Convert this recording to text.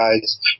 guys